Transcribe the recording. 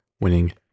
winning